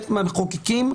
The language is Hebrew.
המחוקקים,